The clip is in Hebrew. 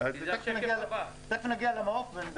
תיכף נגיע למעוף.